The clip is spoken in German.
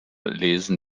lesen